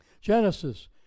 Genesis